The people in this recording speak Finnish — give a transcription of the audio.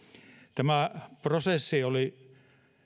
tämä prosessi oli